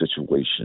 situation